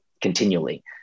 continually